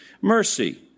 mercy